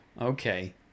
okay